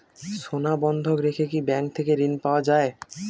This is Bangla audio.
সোনা বন্ধক রেখে কি ব্যাংক থেকে ঋণ পাওয়া য়ায়?